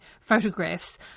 photographs